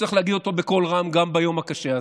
צריך להגיד אותו בקול רם גם ביום הקשה הזה.